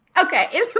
okay